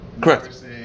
correct